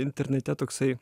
internete toksai